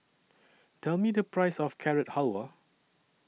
Tell Me The Price of Carrot Halwa